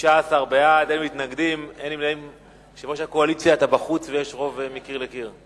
ההצעה להעביר את הצעת חוק המועצה הישראלית לצרכנות